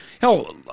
hell